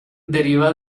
deriva